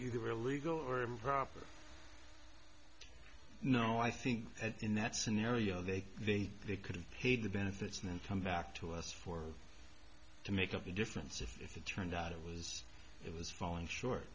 either illegal or improper no i think in that scenario they they they could have paid the benefits noontime back to us for to make up the difference if it turned out it was it was falling short